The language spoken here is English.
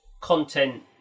content